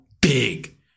big